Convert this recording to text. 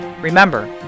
Remember